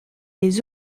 les